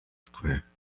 square